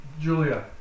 Julia